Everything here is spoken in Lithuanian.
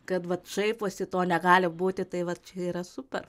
kad vat šaiposi to negali būti tai vat čia yra super